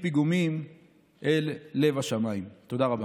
פיגומים / אל לב השמיים." תודה רבה.